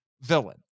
villain